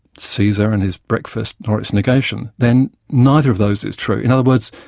caesar and his breakfast nor its negation, then neither of those is true. in other words,